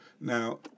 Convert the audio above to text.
Now